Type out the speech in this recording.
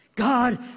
God